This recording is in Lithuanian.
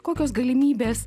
kokios galimybės